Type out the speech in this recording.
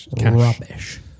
rubbish